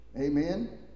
Amen